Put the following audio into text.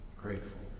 Grateful